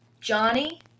Johnny